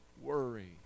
worry